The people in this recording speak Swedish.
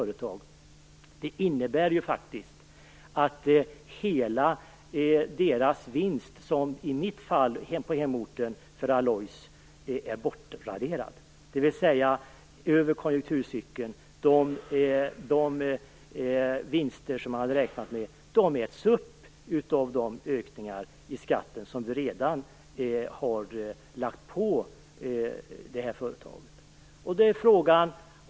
Detta innebär faktiskt att hela vinsten för dessa företag, liksom för Vargön Alloys på min hemort, är bortraderad. De vinster man hade räknat med äts alltså upp av de skatteökningar som redan har lagts på företagen.